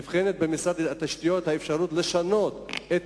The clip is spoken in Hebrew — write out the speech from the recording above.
נבחנת במשרד התשתיות האפשרות לשנות את